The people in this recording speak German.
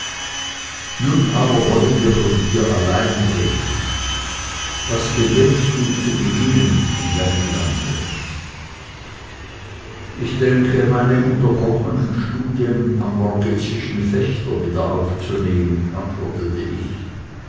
nun aber wollen wir von dir allein reden was gedenkst du zu beginnen in deinem lande ich denke meine unterbrochenen studien am borghesischen fechter wieder aufzunehmen antwortete ich